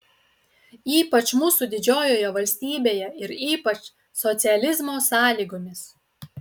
ypač mūsų didžiojoje valstybėje ir ypač socializmo sąlygomis